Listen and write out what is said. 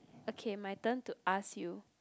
okay my turn to ask you